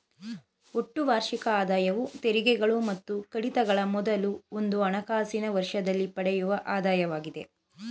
ಒಟ್ಟು ವಾರ್ಷಿಕ ಆದಾಯವು ತೆರಿಗೆಗಳು ಮತ್ತು ಕಡಿತಗಳ ಮೊದಲು ಒಂದು ಹಣಕಾಸಿನ ವರ್ಷದಲ್ಲಿ ಪಡೆಯುವ ಆದಾಯವಾಗಿದೆ